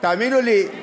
תאמינו לי,